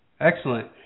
Excellent